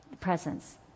presence